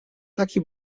taki